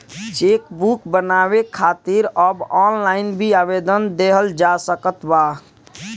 chequebook बनवावे खातिर अब ऑनलाइन भी आवेदन देहल जा सकत बाटे